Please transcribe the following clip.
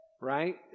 right